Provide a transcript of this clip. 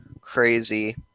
crazy